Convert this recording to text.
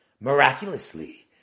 Miraculously